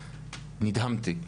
נדהמתי.